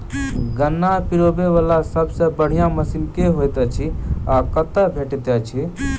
गन्ना पिरोबै वला सबसँ बढ़िया मशीन केँ होइत अछि आ कतह भेटति अछि?